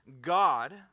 God